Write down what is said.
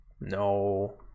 No